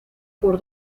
por